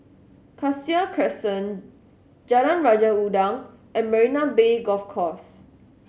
Cassia Crescent Jalan Raja Udang and Marina Bay Golf Course